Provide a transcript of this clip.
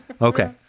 Okay